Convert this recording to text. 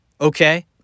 Okay